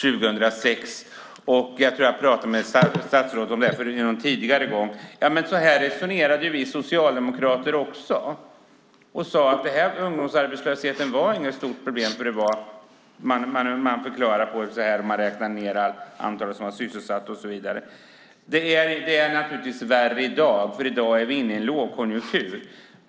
Jag tror att jag har pratat med statsrådet om det här någon gång tidigare. Så här resonerade vi socialdemokrater också. Vi sade att ungdomsarbetslösheten inte var något stort problem och förklarade det med att räkna ned den med det antal som var sysselsatt och så vidare. Det är naturligtvis värre i dag, för i dag är vi inne i en lågkonjunktur.